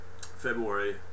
February